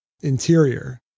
interior